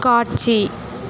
காட்சி